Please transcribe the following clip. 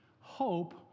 hope